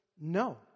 No